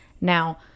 Now